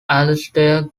alastair